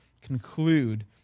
conclude